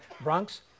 Bronx